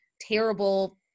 terrible